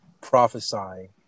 prophesying